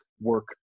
work